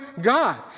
God